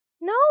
no